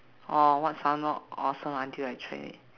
!wow! what sounded awesome until I tried it